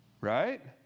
right